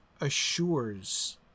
assures